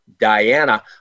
Diana